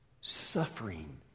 suffering